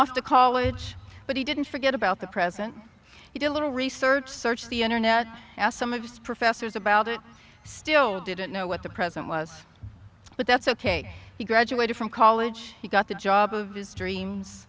off to college but he didn't forget about the president he did a little research search the internet asked some of his professors about it still didn't know what the president was but that's ok he graduated from college he got the job of his dreams